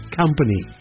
company